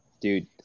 dude